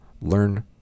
Learn